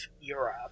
Europe